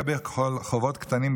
לגבי חובות קטנים,